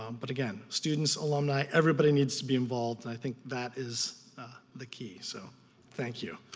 um but again, students, alumni, everybody needs to be involved and i think that is the key. so thank you.